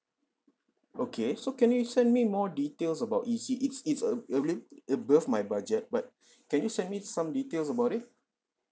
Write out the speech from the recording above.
okay so can you send me more details about E_C it's it's a~ a li~ above my budget but can you send me some details about it